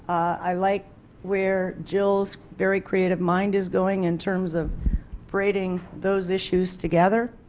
i like where joel's very creative mind is going in terms of breaking those issues together.